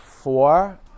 Four